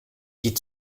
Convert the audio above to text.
die